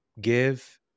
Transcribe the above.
give